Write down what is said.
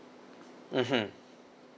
mmhmm